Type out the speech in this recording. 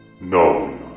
No